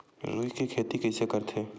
रुई के खेती कइसे करथे?